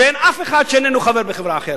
שאין אף אחד שאיננו חבר בחברה אחרת.